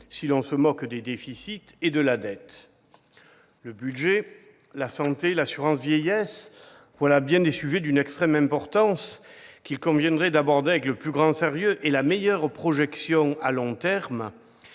si l'on se moque des déficits et de la dette. Le budget, la santé, l'assurance vieillesse ... Voilà bien des sujets d'une extrême importance, qu'il conviendrait d'aborder avec le plus grand sérieux et la meilleure projection à long terme